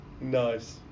Nice